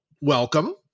welcome